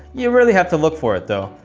you really have to look for it tho.